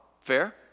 Fair